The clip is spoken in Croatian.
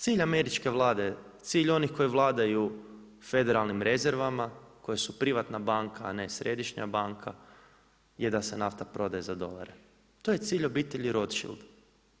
Cilj američke vlade, cilj onih koji vladaju federalnim rezervama koje su privatna banka a ne središnja banka je da se nafta prodaje za dolare, to je cilj obitelji Rothschield.